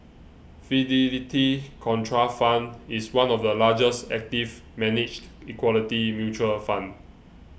Fidelity Contrafund is one of the largest active managed equity mutual fund